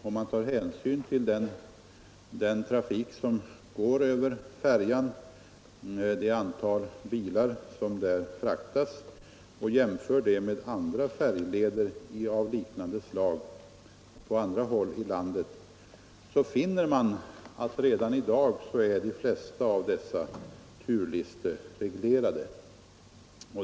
Om man tar hänsyn till den trafik som går med färjan — det antal bilar som där fraktas — och jämför med färjleder av liknande slag på andra håll i landet finner man tvärtom att redan i dag är de flesta av dessa färjor turlistereglerade.